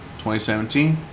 2017